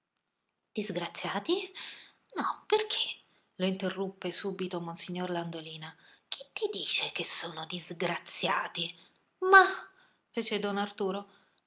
disgraziati disgraziati no perché lo interruppe subito monsignor landolina chi ti dice che sono disgraziati mah fece don arturo